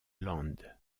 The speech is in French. land